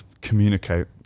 communicate